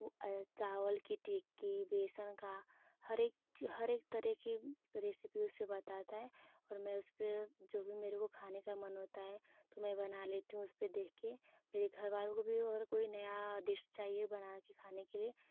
ए चावल की टिक्की बेसन का हरेक हरेक तरह की रेसिपी उस पर बताता है मैं उस पर जब भी मेरे को खाने का मन होता है तो मैं बना लेती हूँ उस पर देख के मेरे घरवालों को भी और कोई नया सा डिस चाहिए बना कर खाने के लिए